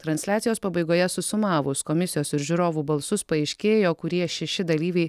transliacijos pabaigoje susumavus komisijos ir žiūrovų balsus paaiškėjo kurie šeši dalyviai